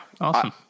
Awesome